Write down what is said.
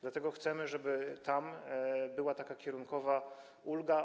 Dlatego chcemy, żeby tam była kierunkowa ulga.